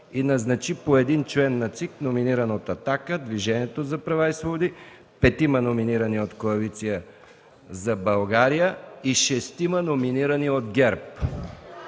и назначи по един член на ЦИК, номиниран от „Атака” и Движението за права и свободи, петима, номинирани от Коалиция за България, и шестима, номинирани от ГЕРБ.